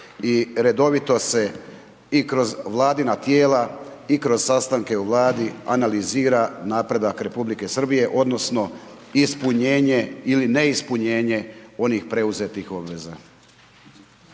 redovito se i kroz vladina tijela i kroz sastanke u Vladi, analizira napredak Republike Srbije, odnosno, ispunjenje ili neispunjenje onih preuzetih obveza.